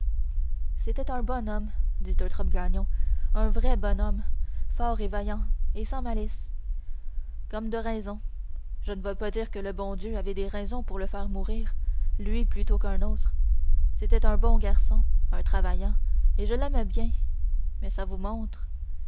c'était un bon homme dit eutrope gagnon un vrai bon homme fort et vaillant et sans malice comme de raison je ne veux pas dire que le bon dieu avait des raisons pour le faire mourir lui plutôt qu'un autre c'était un bon garçon un travaillant et je l'aimais bien mais ça vous montre